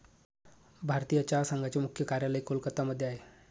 भारतीय चहा संघाचे मुख्य कार्यालय कोलकत्ता मध्ये आहे